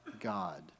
God